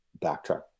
backtrack